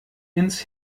ins